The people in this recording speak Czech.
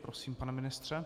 Prosím, pane ministře.